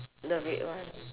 the red one